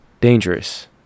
Dangerous